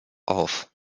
auf